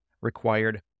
required